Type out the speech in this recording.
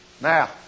Now